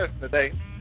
today